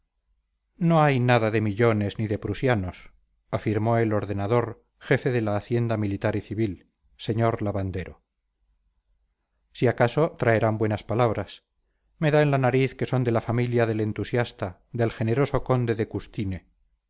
no hay nada de millones ni de prusianos afirmó el ordenador jefe de la hacienda militar y civil sr labandero si acaso traerán buenas palabras me da en la nariz que son de la familia del entusiasta del generoso conde roberto de custine